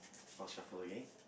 I will shuffle okay